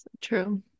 True